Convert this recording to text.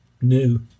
new